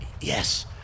Yes